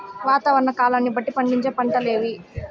వాతావరణ కాలాన్ని బట్టి పండించే పంటలు ఏవి?